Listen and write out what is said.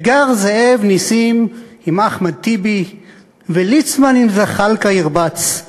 וגר זאב נסים עם אחמד טיבי וליצמן עם זחאלקה ירבץ.